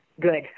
good